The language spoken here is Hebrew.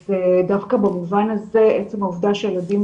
אז דווקא במובן הזה עצם העובדה שהילדים